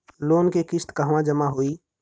Loan के किस्त कहवा जामा होयी?